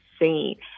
seen